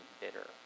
bitter